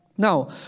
Now